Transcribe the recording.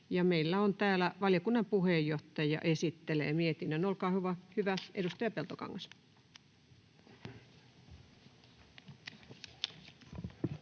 Meillä on täällä valiokunnan puheenjohtaja esittelemässä mietinnön. Olkaa hyvä, edustaja Peltokangas.